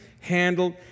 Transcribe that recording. handled